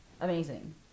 Amazing